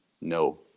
No